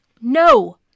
no